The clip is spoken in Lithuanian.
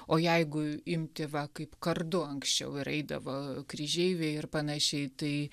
o jeigu imti va kaip kardu anksčiau ir eidavo kryžeiviai ir panašiai tai